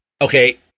Okay